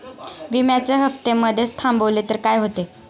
विम्याचे हफ्ते मधेच थांबवले तर काय होते?